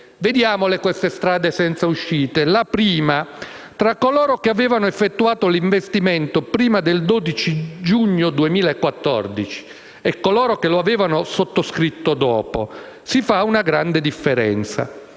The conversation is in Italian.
portati in strade senza uscita. Ad esempio, tra coloro che avevano effettuato l'investimento prima del 12 giugno 2014 e coloro che lo avevano sottoscritto dopo si fa una grande differenza.